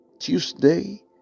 Tuesday